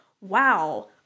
wow